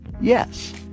Yes